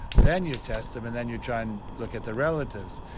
then you test them, and then you try and look at the relatives.